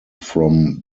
from